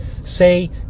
say